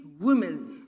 women